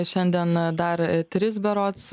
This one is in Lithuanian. šiandien dar tris berods